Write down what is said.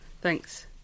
thanks